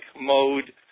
mode